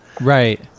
Right